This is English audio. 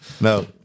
No